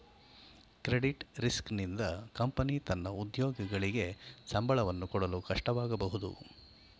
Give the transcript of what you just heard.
credit risk ನಿಂದ company ತನ್ನ ಉದ್ಯೋಗಿಗಳಿಗೆ ಸಂಬಳವನ್ನು ಕೊಡಲು ಕಷ್ಟವಾಗಬಹುದು